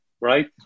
right